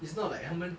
it's not like 他们